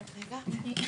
אני,